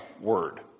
word